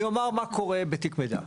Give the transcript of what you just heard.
אני אומר מה קורה בתיק מידע.